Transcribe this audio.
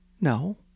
No